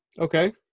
Okay